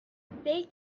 they